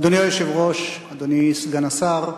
אדוני היושב-ראש, אדוני סגן השר,